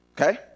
okay